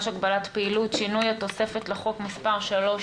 - הגבלת פעילות) (שינוי התוספת לחוק) (מס' 3),